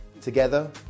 together